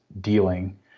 dealing